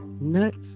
nuts